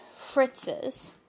Fritz's